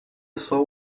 saw